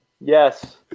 yes